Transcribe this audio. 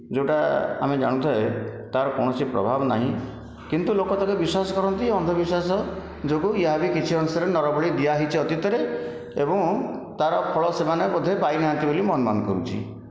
ଯେଉଁଟା ଆମେ ଜାଣୁଥାଏ ତାହାର କୌଣସି ପ୍ରଭାବ ନାହିଁ କିନ୍ତୁ ଲୋକ ତାକୁ ବିଶ୍ୱାସ କରନ୍ତି ଅନ୍ଧବିଶ୍ୱାସ ଯୋଗୁଁ ୟା ଭି କିଛି ଅଂଶରେ ନରବଳି ଦିଆ ହୋଇଛି କିଛି ଅତୀତରେ ଏବଂ ତାର ଫଳ ସେମାନେ ବୋଧେ ପାଇଁ ନାହାନ୍ତି ବୋଲି ମୁଁ ଅନୁମାନ କରୁଛି